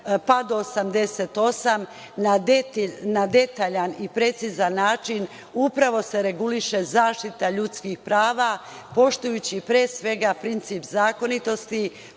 do 88, na detaljan i precizan način reguliše se zaštita ljudskih prava, poštujući pre svega princip zakonitosti,